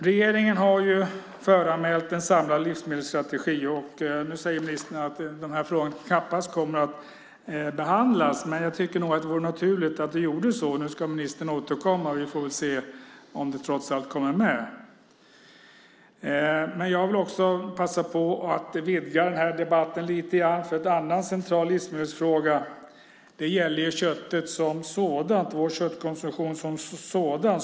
Regeringen har föranmält en samlad livsmedelsstrategi. Nu säger ministern att denna fråga knappast kommer att behandlas, men jag tycker nog att det vore naturligt om den gjorde det. Ministern ska återkomma. Vi får väl se om frågan trots allt kommer med. Jag vill också passa på att vidga den här debatten lite grann, för en annan central livsmedelsfråga gäller vår köttkonsumtion som sådan.